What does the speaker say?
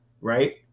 right